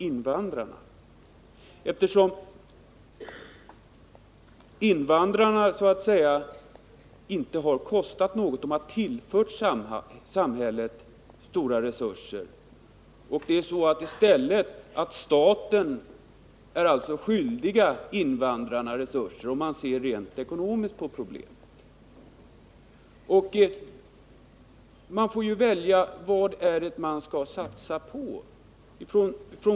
Invandrarna har inte kostat samhället något utan tillfört det stora resurser. Staten är i stället skyldig invandrarna resurser, om man ser rent ekonomiskt på problemet. Man får ju välja vad man skall satsa på.